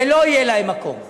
ולא יהיה להם מקום.